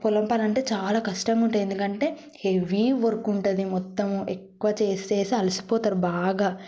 పొలం పని అంటే చాలా కష్టంగా ఉంటుంది ఎందుకంటే హెవీ వర్క్ ఉంటుందిమొత్తం ఎక్కువ చేసేసి అలసిపోతారు బాగా